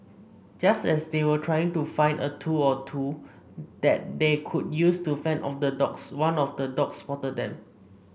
just as they were trying to find a tool or two that they could use to fend off the dogs one of the dogs spotted them